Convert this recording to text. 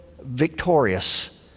victorious